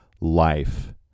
life